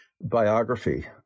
biography